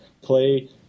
play